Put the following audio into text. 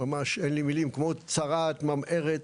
אין לי מילים, כמו צרעת ממארת